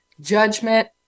judgment